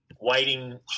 waiting